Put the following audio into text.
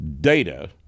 Data